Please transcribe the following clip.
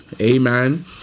Amen